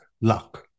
luck